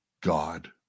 God